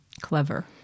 Clever